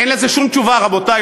אין לזה שום תשובה, רבותי.